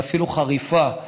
ואפילו חריפה,